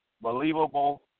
believable